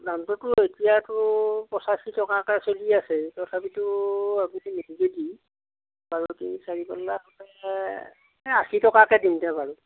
দামটোতো এতিয়াতো পঁচাশী টকাকে চলি আছে তথাপিতো আপুনি নিয়ে যদি বাৰু তিনি চাৰি পাল্লাকে এ আশী টকাকে দিম দে বাৰু